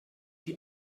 die